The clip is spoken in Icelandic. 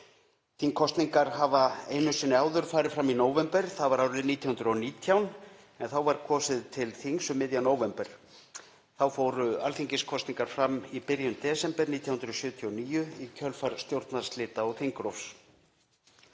Þingkosningar hafa einu sinni áður farið fram í nóvember. Það var árið 1919, en þá var kosið til þings um miðjan nóvember. Þá fóru alþingiskosningar fram í byrjun desember 1979 í kjölfar stjórnarslita og þingrofs.